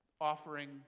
offering